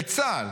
אל צה"ל,